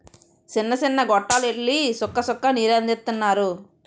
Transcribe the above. సిన్న సిన్న గొట్టాల్లెల్లి సుక్క సుక్క నీరందిత్తన్నారు